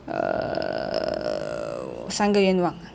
err 三个愿望 ah